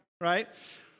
right